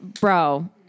bro